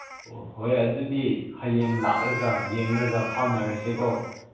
ꯑꯣ ꯍꯣꯏ ꯑꯗꯨꯗꯤ ꯍꯌꯦꯡ ꯂꯥꯛꯂꯒ ꯌꯦꯡꯂꯒ ꯐꯥꯎꯅꯔꯁꯦꯀꯣ